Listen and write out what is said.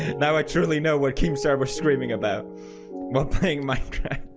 now i truly know what keeps our we're screaming about but playing my track